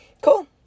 Cool